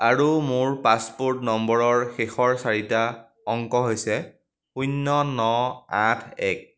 আৰু মোৰ পাছপোৰ্ট নম্বৰৰ শেষৰ চাৰিটা অংক হৈছে শূন্য ন আঠ এক